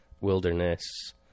wilderness